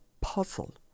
puzzle